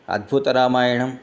अद्भुतरामायणं